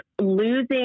losing